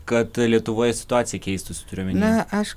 kad lietuvoje situacija keistųsi turiu omeny